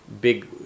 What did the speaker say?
big